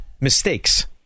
mistakes